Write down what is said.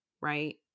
right